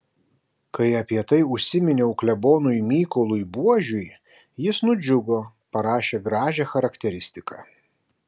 kai apie tai užsiminiau klebonui mykolui buožiui jis nudžiugo parašė gražią charakteristiką